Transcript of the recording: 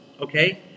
Okay